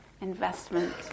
investment